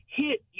hit